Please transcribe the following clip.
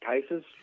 cases